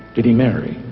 did he marry?